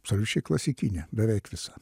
absoliučiai klasikinė beveik visa